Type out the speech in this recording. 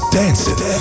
dancing